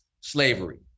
slavery